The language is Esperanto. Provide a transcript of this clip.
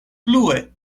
plue